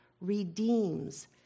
redeems